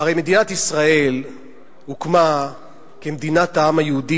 הרי מדינת ישראל הוקמה כמדינת העם היהודי,